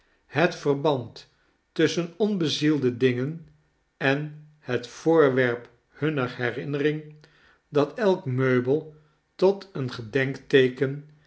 het verband tusschen onbezielde dingen en het voorwerp hunner herinnering dat elk meubel tot een gedenkteeken